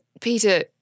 Peter